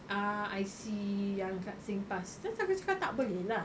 ah I_C yang kat singpass then aku cakap tak boleh lah